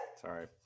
Sorry